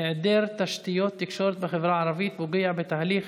היעדר תשתיות תקשורת בחברה הערבית פוגע בתהליך